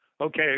okay